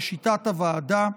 לשיטת הוועדה,